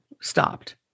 stopped